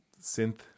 synth